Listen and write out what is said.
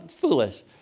foolish